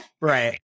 right